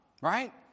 right